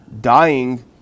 dying